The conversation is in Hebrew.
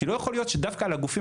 כי לא יכול להיות שדווקא על הגופים